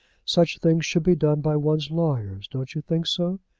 such things should be done by one's lawyers. don't you think so,